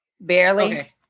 barely